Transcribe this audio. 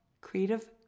Creative